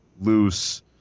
loose